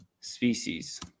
species